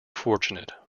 fortunate